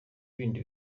bindi